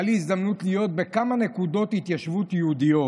הייתה לי הזדמנות להיות בכמה נקודות התיישבות יהודיות